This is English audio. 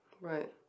Right